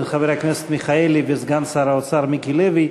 חבר הכנסת מיכאלי וסגן שר האוצר מיקי לוי,